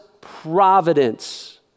providence